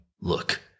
look